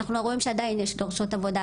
אנחנו רואים שעדיין יש דורשות עבודה,